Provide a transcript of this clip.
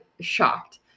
shocked